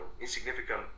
insignificant